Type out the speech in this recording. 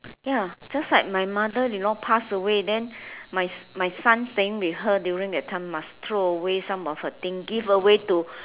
ya just like my mother in law pass away then my my son staying with her that time must throw away some of her thing give away to